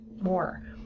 more